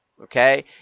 Okay